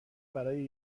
برای